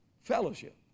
Fellowship